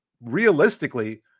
realistically